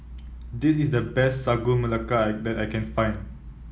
this is the best Sagu Melaka I that I can find